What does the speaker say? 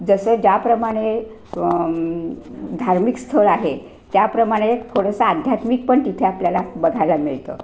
जसं ज्याप्रमाणे धार्मिक स्थळ आहे त्याप्रमाणे थोडंसं आध्यात्मिक पण तिथे आपल्याला बघायला मिळतं